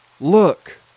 Look